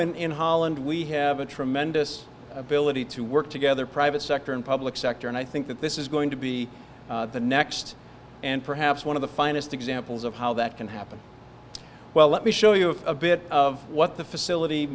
in in holland we have a tremendous ability to work together private sector and public sector and i think that this is going to be the next and perhaps one of the finest examples of how that can happen well let me show you of a bit of what the facility